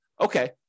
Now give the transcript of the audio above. okay